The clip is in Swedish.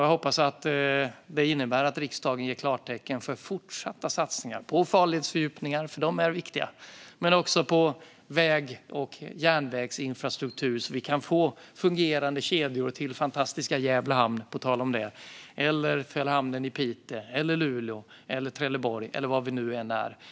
Jag hoppas att det också innebär att riksdagen ger klartecken till fortsatta satsningar på farledsfördjupningar, för de är viktiga, och på väg och järnvägsinfrastruktur så att vi kan få fungerande kedjor till fantastiska Gävle Hamn, på tal om det, och hamnarna i Piteå, Luleå, Trelleborg eller var vi än är.